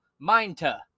Minta